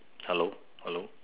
hello hello